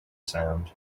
sound